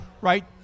right